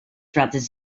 throughout